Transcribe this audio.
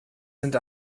sind